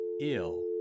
ill